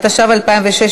התשע"ו 2016,